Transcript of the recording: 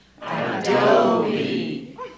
Adobe